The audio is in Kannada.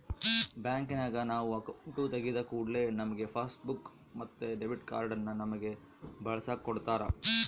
ಬ್ಯಾಂಕಿನಗ ನಾವು ಅಕೌಂಟು ತೆಗಿದ ಕೂಡ್ಲೆ ನಮ್ಗೆ ಪಾಸ್ಬುಕ್ ಮತ್ತೆ ಡೆಬಿಟ್ ಕಾರ್ಡನ್ನ ನಮ್ಮಗೆ ಬಳಸಕ ಕೊಡತ್ತಾರ